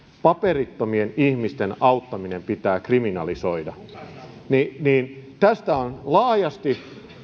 paperittomien ihmisten auttaminen pitää kriminalisoida tästä on laajasti